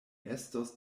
estos